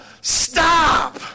stop